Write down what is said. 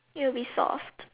it will be soft